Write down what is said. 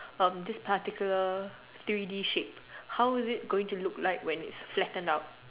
this particular three D shape how is it gonna look like when it is flattened out